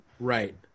Right